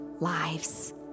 lives